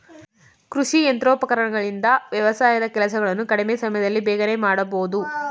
ಕೃಷಿ ಯಂತ್ರೋಪಕರಣಗಳಿಂದ ವ್ಯವಸಾಯದ ಕೆಲಸಗಳನ್ನು ಕಡಿಮೆ ಸಮಯದಲ್ಲಿ ಬೇಗನೆ ಮಾಡಬೋದು